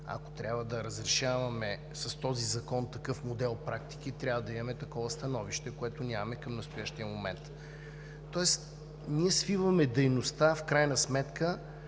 Ако трябва да разрешаваме с този закон такъв модел практики, трябва да имаме такова становище, каквото към настоящия момент нямаме. Ние свиваме дейността само